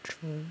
true